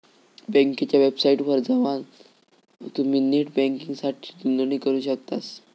बँकेच्या वेबसाइटवर जवान तुम्ही नेट बँकिंगसाठी नोंदणी करू शकतास